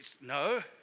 no